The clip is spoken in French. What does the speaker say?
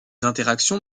interactions